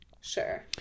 Sure